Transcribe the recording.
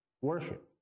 worship